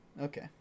Okay